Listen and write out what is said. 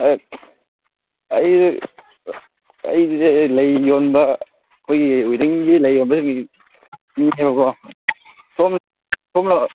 ꯑꯩ ꯑꯩꯁꯦ ꯂꯩ ꯌꯣꯟꯕ ꯑꯩꯈꯣꯏꯒꯤ ꯋꯦꯗꯤꯡꯒꯤ ꯂꯩ ꯌꯣꯟꯕ ꯃꯤꯗꯨꯅꯦꯕꯀꯣ ꯁꯣꯝ ꯁꯣꯝꯂꯣ